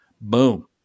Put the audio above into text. Boom